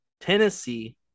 Tennessee